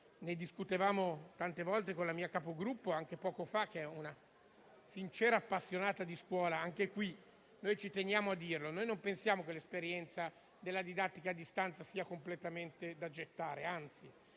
Ne discutevamo anche poco fa con la mia Capogruppo, che è una sincera appassionata di scuola. Anche qui, noi ci teniamo a dire che non pensiamo che l'esperienza della didattica a distanza sia completamente da gettare. Anzi,